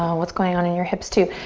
um what's going on in your hips too.